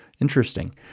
Interesting